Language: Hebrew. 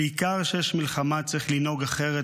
בעיקר כשיש מלחמה צריך לנהוג אחרת,